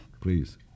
Please